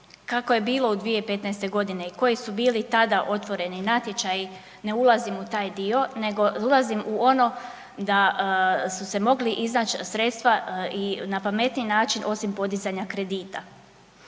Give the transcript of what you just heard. kako je bilo u 2015. godini i koji su bili tada otvoreni natječaji ne ulazim u taj dio nego ulazim u ono da su se mogli iznaći sredstva i na pametniji način osim podizanja kredita.